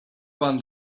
band